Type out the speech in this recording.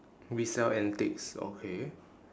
we sell antiques okay